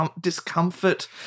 discomfort